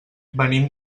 venim